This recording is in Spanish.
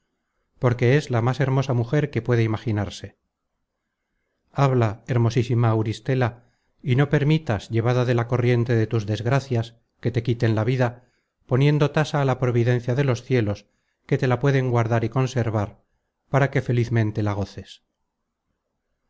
porque es la más hermosa mujer que puede imaginarse habla hermosísima auristela y no permitas llevada de la corriente de tus desgracias que te quiten la vida poniendo tasa á la providencia de los cielos que te la pueden guardar y conservar para que felizmente la goces